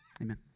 Amen